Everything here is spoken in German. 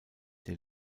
der